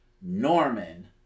Norman